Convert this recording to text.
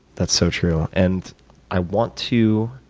that's so true. and i want to